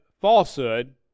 falsehood